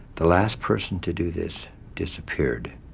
the last person to do this disappeared.